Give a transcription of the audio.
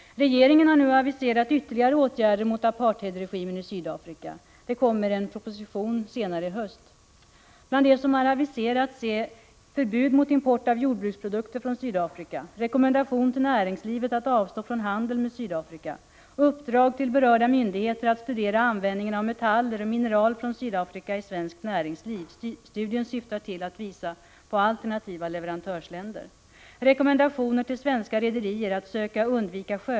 Regeringen har nu aviserat ytterligare åtgärder mot apartheidregimen i Sydafrika. Det kommer att läggas fram en proposition senare i höst. Bland det som har aviserats är: —- Rekommendation till näringslivet att avstå från handel med Sydafrika. Uppdrag till berörda myndigheter att studera användningen av metaller och mineral från Sydafrika i svenskt näringsliv. Studien syftar till att visa på alternativa leverantörsländer.